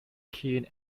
keen